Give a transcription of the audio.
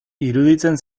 iruditzen